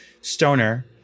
stoner